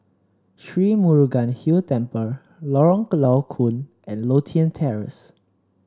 Sri Murugan Hill Temple Lorong Low Koon and Lothian Terrace